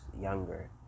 younger